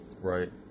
Right